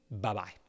Bye-bye